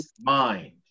mind